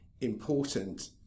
important